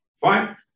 Fine